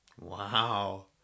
Wow